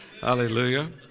Hallelujah